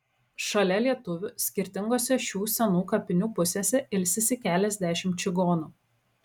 šalia lietuvių skirtingose šių senų kapinių pusėse ilsisi keliasdešimt čigonų